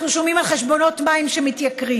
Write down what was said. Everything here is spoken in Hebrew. אנחנו שומעים על חשבונות מים שמתייקרים,